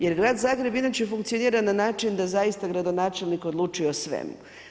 Jer grad Zagreb inače funkcionira na način da zaista gradonačelnik odlučuje o svemu.